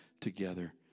together